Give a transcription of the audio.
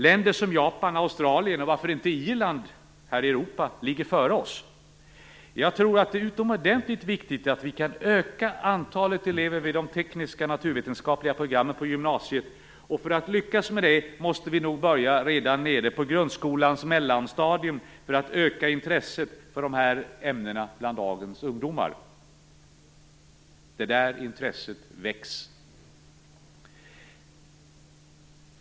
Länder som Japan och Australien och här i Europa Irland ligger för oss. Jag tror att det är utomordentligt viktigt att öka antalet elever vid de tekniska och naturvetenskapliga programmen på gymnasiet. För att lyckas med det måste vi nog börja redan nere på grundskolans mellanstadium för att öka intresset för de här ämnena bland dagens ungdomar. Det är där intresset väcks.